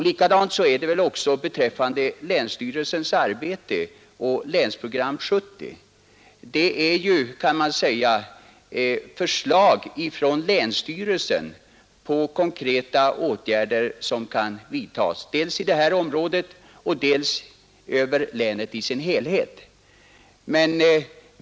Likadant är det väl beträffande länsstyrelsens arbete och Länsprogram 70. Man kan säga att det är förslag från länsstyrelsen om konkreta åtgärder som kan vidtas dels i detta område, dels i länet i dess helhet.